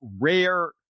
rare